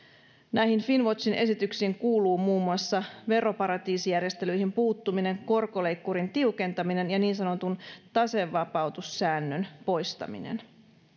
näihin finnwatchin esityksiin kuuluu muun muassa veroparatiisijärjestelyihin puuttuminen korkoleikkurin tiukentaminen ja niin sanotun tasevapautussäännön poistaminen